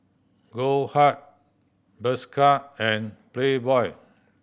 Goldheart Bershka and Playboy